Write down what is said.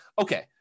okay